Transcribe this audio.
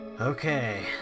Okay